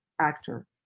actor